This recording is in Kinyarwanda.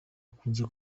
akunze